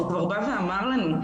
הוא בא ואמר לנו,